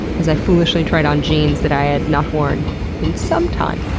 as i foolishly tried on jeans that i had not worn in some time.